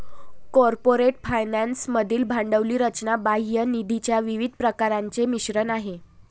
corporate finance मधील भांडवली रचना बाह्य निधीच्या विविध प्रकारांचे मिश्रण आहे